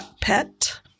.pet